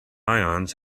ions